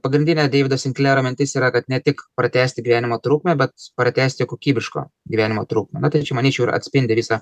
pagrindinė deivido sinklero mintis yra kad ne tik pratęsti gyvenimo trukmę bet pratęsti kokybiško gyvenimo trukmę nu tai čia manyčiau ir atspindi visą